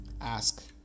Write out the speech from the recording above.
ask